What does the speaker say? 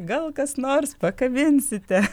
gal kas nors pakabinsite